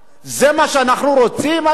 זה מה שאנחנו רוצים, אדוני?